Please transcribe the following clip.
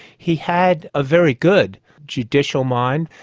he had a very good judicial mind,